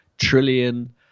trillion